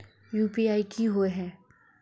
UPI की होय है?